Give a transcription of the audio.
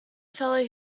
fellow